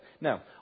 Now